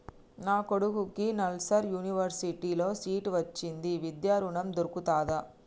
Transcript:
నా కొడుకుకి నల్సార్ యూనివర్సిటీ ల సీట్ వచ్చింది విద్య ఋణం దొర్కుతదా?